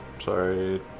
Sorry